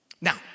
Now